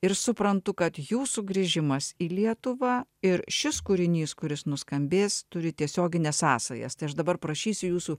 ir suprantu kad jūsų grįžimas į lietuvą ir šis kūrinys kuris nuskambės turi tiesiogines sąsajas tai aš dabar prašysiu jūsų